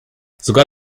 sogar